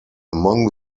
among